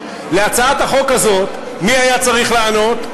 על הצעת החוק הזאת, מי היה צריך לענות?